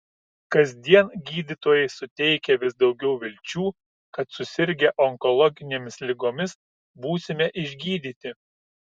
kasdien gydytojai suteikia vis daugiau vilčių kad susirgę onkologinėmis ligomis būsime išgydyti